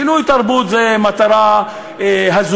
שינוי תרבות זה מטרה הזויה,